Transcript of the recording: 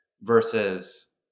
versus